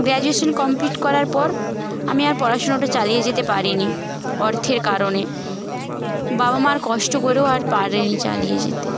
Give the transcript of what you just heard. graduation complete করার পর আমি আর পড়াশোনাটা চালিয়ে যেতে পারিনি অর্থের কারণে বাবা মার কষ্ট করেও আর পারেনি চালিয়ে যেতে